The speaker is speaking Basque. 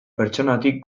pertsonatik